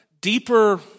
deeper